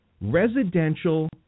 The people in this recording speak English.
residential